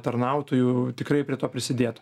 tarnautojų tikrai prie to prisidėtų